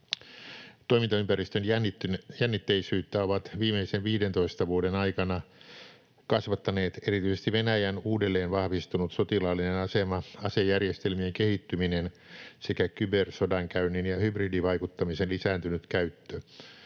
Toimintaympäristön jännitteisyyttä ovat viimeisen 15 vuoden aikana kasvattaneet erityisesti Venäjän uudelleen vahvistunut sotilaallinen asema, asejärjestelmien kehittyminen sekä kybersodankäynnin ja hybridivaikuttamisen lisääntynyt käyttö.